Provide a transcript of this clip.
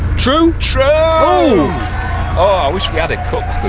true? true oh oh i wish we had a cup